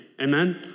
amen